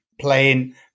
playing